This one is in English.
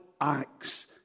acts